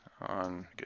On